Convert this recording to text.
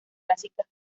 clásicas